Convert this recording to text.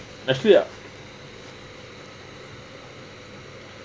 actually ah